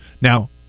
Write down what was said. now